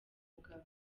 mugabo